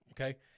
okay